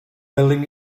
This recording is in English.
building